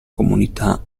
comunità